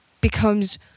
becomes